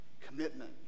commitment